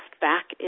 back